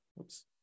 Oops